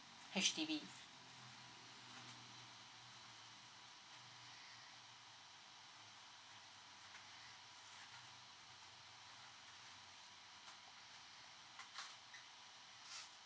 H_D_B